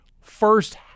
first